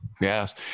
Yes